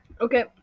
Okay